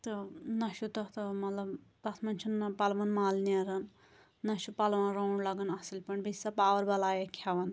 تہٕ نَہ چھُ تَتھ ٲں مطلب تَتھ منٛز چھُنہٕ نَہ پَلوَن مَل نیران نہ چھُ پَلون راوُنٛڈ لَگان اصٕل پٲٹھۍ بیٚیہِ چھِ سۄ پاوَر بھلاے اَکھ کھیٚوان